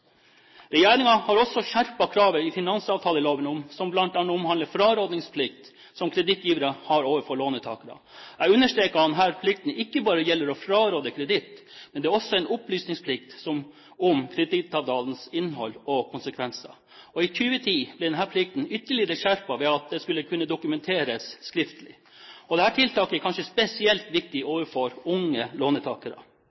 har også skjerpet kravet i finansavtaleloven som bl.a. omhandler frarådningsplikt som kredittgivere har overfor låntakere. Jeg understreker at denne plikten ikke bare gjelder å fraråde kreditt, men det er også en opplysningsplikt om kredittavtalens innhold og konsekvenser. I 2010 ble denne plikten ytterligere skjerpet ved at det skal kunne dokumenteres skriftlig. Dette tiltaket er kanskje spesielt viktig